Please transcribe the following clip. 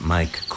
Mike